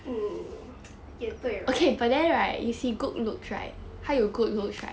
mm 也对 right